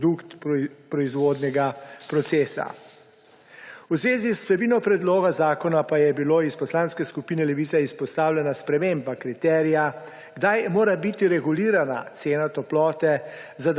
produkt proizvodnega procesa. V zvezi z vsebino predloga zakona pa je bilo iz Poslanske skupine Levica izpostavljena sprememba kriterija, kdaj mora biti regulirana cena toplote